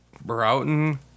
Broughton